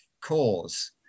cause